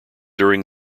during